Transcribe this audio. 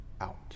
out